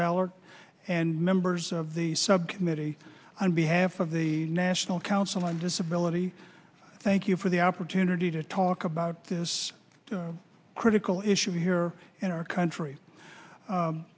balart and members of the subcommittee on behalf of the national council on disability thank you for the opportunity to talk about this critical issue here in our country